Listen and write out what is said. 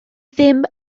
ddim